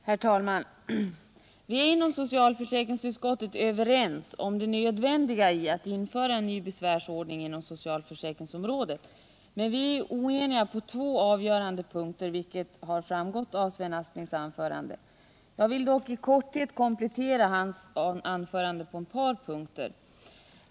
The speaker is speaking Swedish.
Herr talman! Vi är inom socialförsäkringsutskottet överens om det nödvändiga i att införa en ny besvärsordning inom socialförsäkringsområdet, men vi är oeniga på två avgörande punkter, vilket har framgått av Sven Asplings anförande. Jag vill dock i korthet komplettera hans anförande på ett par punkter.